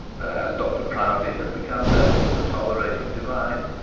and as dr proudie had become known as a tolerating divine,